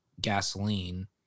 gasoline